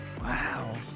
Wow